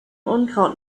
unkraut